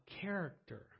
character